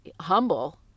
humble